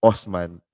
Osman